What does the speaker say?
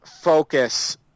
focus